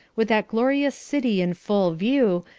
with that glorious city in full view,